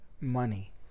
money